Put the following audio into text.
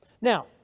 Now